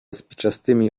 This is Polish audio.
spiczastymi